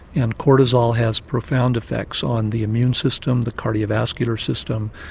and cortisol has profound effects on the immune system, the cardiovascular system,